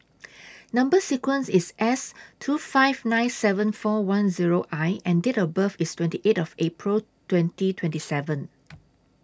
Number sequence IS S two five nine seven four one Zero I and Date of birth IS twenty eight of April twenty twenty seven